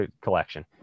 collection